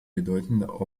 bedeutender